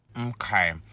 Okay